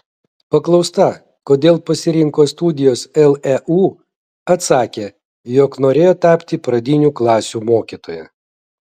paklausta kodėl pasirinko studijas leu atsakė jog norėjo tapti pradinių klasių mokytoja